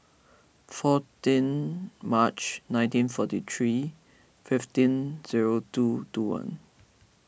fourteen March nineteen forty three fifteen zero two two one